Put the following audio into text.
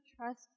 trust